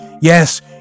Yes